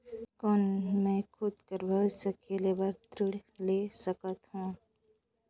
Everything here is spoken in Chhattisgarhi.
कौन मैं खुद कर व्यवसाय खोले बर ऋण ले सकत हो?